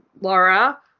Laura